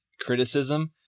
criticism